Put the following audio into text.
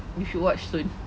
you should watch soon